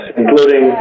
including